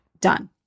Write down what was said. Done